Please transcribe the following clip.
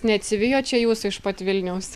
neatsivijo čia jūsų iš pat vilniaus